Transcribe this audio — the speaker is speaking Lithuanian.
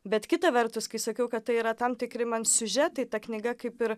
bet kita vertus kai sakiau kad tai yra tam tikri man siužetai ta knyga kaip ir